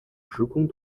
时空